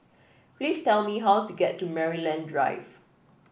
please tell me how to get to Maryland Drive